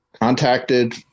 contacted